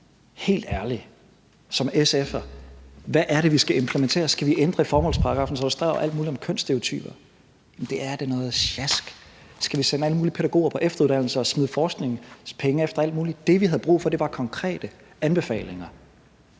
Helt ærligt, SF, hvad er det, vi skal implementere? Skal vi ændre formålsparagraffen, så der står alt muligt om kønsstereotyper? Det er da noget sjask. Skal vi sende alle mulige pædagoger på efteruddannelse og smide forskningspenge efter alt muligt? Det, vi havde brug for, var konkrete anbefalinger,